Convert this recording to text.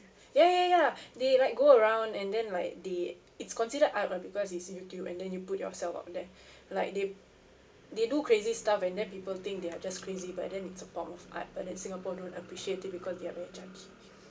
ya ya ya they like go around and then like they it's considered art lah because his youtube and then you put yourself out there like they they do crazy stuff and then people think they are just crazy but then it's a form of art but then singapore don't appreciate it because they are very judgy